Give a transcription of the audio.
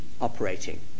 operating